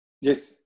Yes